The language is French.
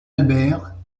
albert